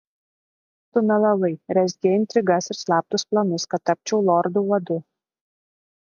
tu melavai rezgei intrigas ir slaptus planus kad tapčiau lordu vadu